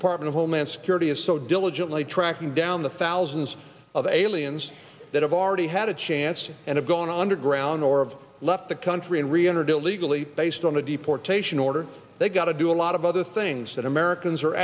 department of homeland security is so diligently tracking down the thousands of aliens that have already had a chance and have gone underground or of left the country and reentered illegally based on a deportation order they've got to do a lot of other things that americans are